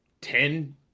ten